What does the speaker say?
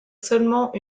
seulement